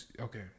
Okay